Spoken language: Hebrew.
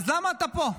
אז למה אתה פה?